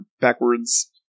backwards